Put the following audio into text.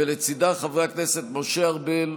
ולצידה חברי הכנסת משה ארבל,